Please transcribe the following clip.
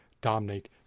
dominate